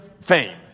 fame